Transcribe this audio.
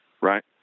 right